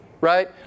right